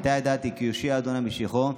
עתה ידעתי כי הושיע ה' משיחו,